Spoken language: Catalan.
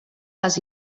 les